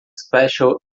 special